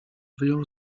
wyjął